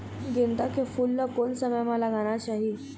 गेंदा के फूल ला कोन समय मा लगाना चाही?